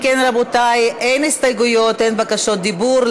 אם כן, רבותי, אין הסתייגויות, אין בקשות דיבור.